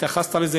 אתה התייחסת לזה,